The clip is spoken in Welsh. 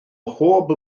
mhob